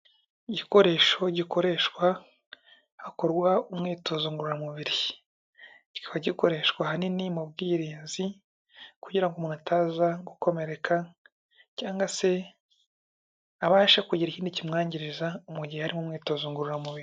Igikoresho gikoreshwa hakorwa umwitozo ngororamubiri, kikaba gikoreshwa ahanini mu bwirinzi kugira ngo umuntu ataza gukomereka, cyangwa se abasha kugira ikindi kimwangiriza mu gihe ari mu mwitozo ngororamubiri.